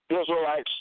Israelites